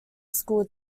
school